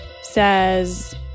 says